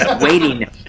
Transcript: waiting